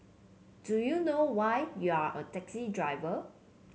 do you know why you're a taxi driver